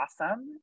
Awesome